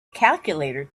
calculator